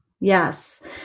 yes